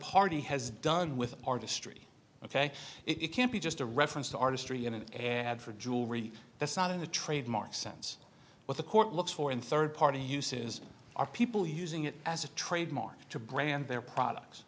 party has done with art history ok it can't be just a reference to artistry and for jewelry that's not in the trademark sense what the court looks for in third party uses are people using it as a trademark to brand their products